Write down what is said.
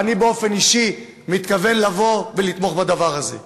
ואני באופן אישי מתכוון לבוא ולתמוך בדבר הזה.